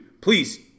Please